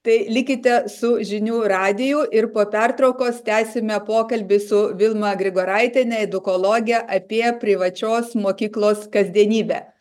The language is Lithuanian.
tai likite su žinių radiju ir po pertraukos tęsime pokalbį su vilma grigoraitiene edukologe apie privačios mokyklos kasdienybę